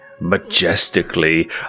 majestically